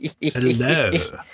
Hello